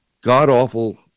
god-awful